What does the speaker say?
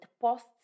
posts